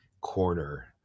corner